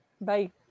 Bye